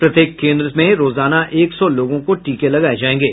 प्रत्येक केन्द्र में रोजाना एक सौ लोगों को टीके लगाये जायेंगे